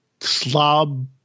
slob